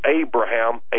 Abraham